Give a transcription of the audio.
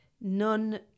none